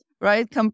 right